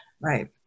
Right